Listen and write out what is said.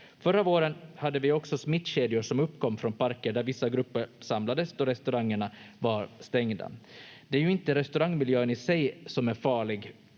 Förra våren hade vi också smittkedjor som uppkom från parker där vissa grupper samlades då restaurangerna var stängda. Det är ju inte restaurangmiljön i sig som är farlig,